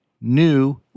new